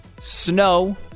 Snow